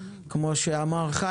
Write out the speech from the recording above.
כמו שאמר חיים,